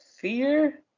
fear